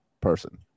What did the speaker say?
person